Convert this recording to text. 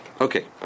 Okay